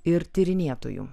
ir tyrinėtoju